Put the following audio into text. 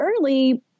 early